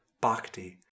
bhakti